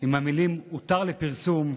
עם המילים "הותר לפרסום",